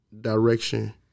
direction